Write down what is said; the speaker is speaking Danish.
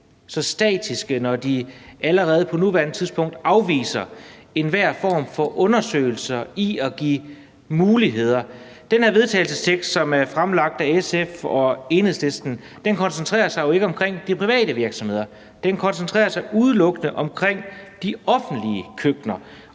så statiske, at de allerede på nuværende tidspunkt afviser enhver form for undersøgelse af at give muligheder. Det her forslag til vedtagelse, som er fremsat af bl.a. SF og Enhedslisten, koncentrerer sig jo ikke om de private virksomheder. Det koncentrerer sig udelukkende om de offentlige køkkener.